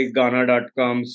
Ghana.com